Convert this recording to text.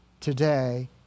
today